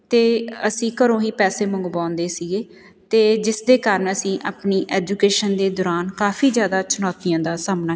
ਅਤੇ ਅਸੀਂ ਘਰੋਂ ਹੀ ਪੈਸੇ ਮੰਗਵਾਉਂਦੇ ਸੀਗੇ ਅਤੇ ਜਿਸ ਦੇ ਕਾਰਨ ਅਸੀਂ ਆਪਣੀ ਐਜੂਕੇਸ਼ਨ ਦੇ ਦੌਰਾਨ ਕਾਫੀ ਜ਼ਿਆਦਾ ਚੁਣੌਤੀਆਂ ਦਾ ਸਾਹਮਣਾ